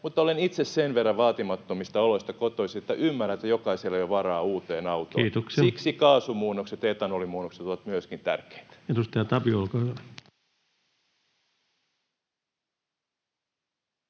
mutta olen itse sen verran vaatimattomista oloista kotoisin, että ymmärrän, että jokaisella ei ole varaa uuteen autoon. [Puhemies: Kiitoksia!] Siksi kaasumuunnokset ja etanolimuunnokset ovat myöskin tärkeitä.